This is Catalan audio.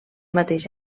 mateix